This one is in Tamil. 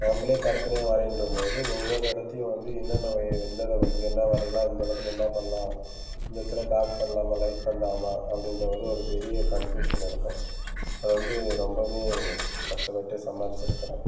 நம்பளே கற்பனையாக வரைகின்றம்போது ஒவ்வொரு இடத்தயும் வந்து என்னென்ன எந்தெந்த இங்கே என்ன வரையலாம் இந்த இடத்துல என்ன பண்ணலாம் இந்த இடத்தில் டார்க் பண்ணலாமா லைட் பண்ணலாமா அப்படின்றது வந்து ஒரு பெரிய கன்ஃப்யூஷன் இருக்கும் அது வந்து ரொம்பவுமே கஷ்டப்பட்டு சமாளிச்சு இருக்கிறேன்